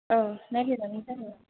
औ नायफैजागोन जेबो नङा